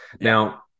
Now-